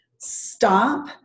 Stop